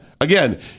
Again